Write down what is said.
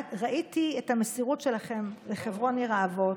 ראיתי את המסירות שלכם לחברון עיר האבות,